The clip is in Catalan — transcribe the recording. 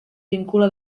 vincula